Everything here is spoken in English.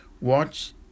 Watch